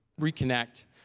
reconnect